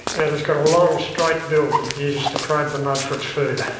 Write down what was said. and it's got a long straight bill that it uses to probe the mud for its food.